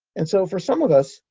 and so, for some of us,